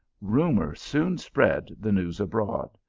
rumour soon spread the news abroad.